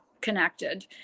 connected